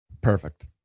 Perfect